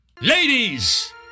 Ladies